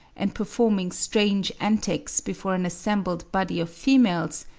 and performing strange antics before an assembled body of females,